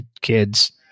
kids